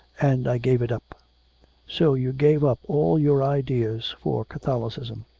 and i gave it up so you gave up all your ideas for catholicism.